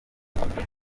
cyiza